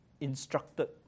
instructed